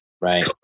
right